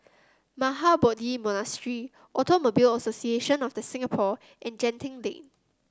Mahabodhi Monastery Automobile Association of The Singapore and Genting Lane